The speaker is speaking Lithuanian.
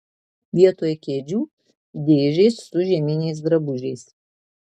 vietoj kėdžių dėžės su žieminiais drabužiais